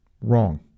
Wrong